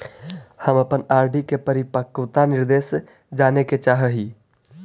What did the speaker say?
हम अपन आर.डी के परिपक्वता निर्देश जाने के चाह ही